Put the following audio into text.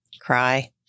cry